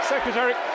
Secretary